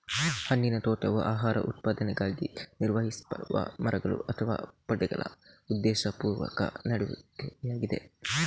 ಹಣ್ಣಿನ ತೋಟವು ಆಹಾರ ಉತ್ಪಾದನೆಗಾಗಿ ನಿರ್ವಹಿಸಲ್ಪಡುವ ಮರಗಳು ಅಥವಾ ಪೊದೆಗಳ ಉದ್ದೇಶಪೂರ್ವಕ ನೆಡುವಿಕೆಯಾಗಿದೆ